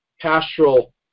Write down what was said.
pastoral